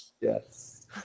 Yes